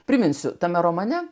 priminsiu tame romane